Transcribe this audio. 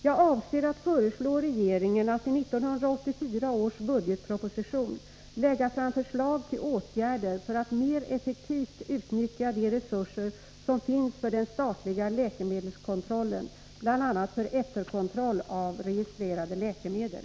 Jag avser att föreslå regeringen att i 1984 års budgetproposition lägga fram förslag till åtgärder för att mer effektivt utnyttja de resurser som finns för den statliga läkemedelskontrollen, bl.a. för efterkontroll av registrerade läkemedel.